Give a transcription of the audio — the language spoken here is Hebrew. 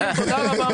חברים, תודה רבה.